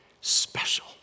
special